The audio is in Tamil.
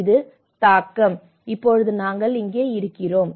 இது தாக்கம் இப்போது நாங்கள் இங்கே இருக்கிறோம்